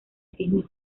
cisnes